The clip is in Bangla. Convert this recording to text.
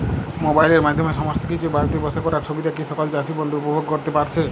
মোবাইলের মাধ্যমে সমস্ত কিছু বাড়িতে বসে করার সুবিধা কি সকল চাষী বন্ধু উপভোগ করতে পারছে?